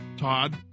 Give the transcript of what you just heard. Todd